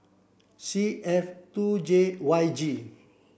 C F two J Y G